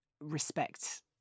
respect